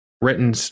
written